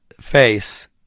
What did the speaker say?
face